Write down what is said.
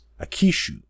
Akishu